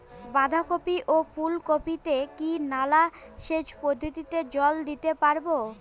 বাধা কপি ও ফুল কপি তে কি নালা সেচ পদ্ধতিতে জল দিতে পারবো?